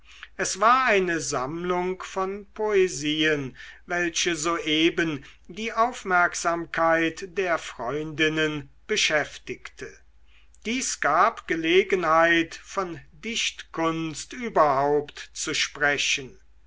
es war eine sammlung von poesien welche soeben die aufmerksamkeit der freundinnen beschäftigte dies gab gelegenheit von dichtkunst überhaupt zu sprechen